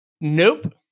Nope